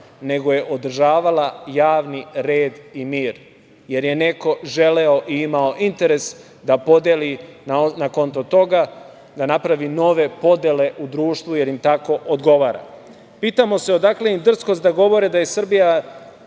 nego je održavala javni red i mir, jer je neko želeo i imao interes da podeli na konto toga, da napravi nove podele u društvu, jer im tako odgovara. Pitamo se odakle im drskost da govore da je Srbija